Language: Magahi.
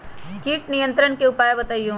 किट नियंत्रण के उपाय बतइयो?